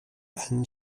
anne